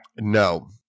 No